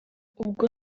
ubwo